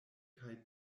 kaj